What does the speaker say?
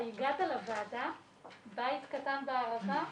הגעת לוועדה שהיא בית קטן בערבה,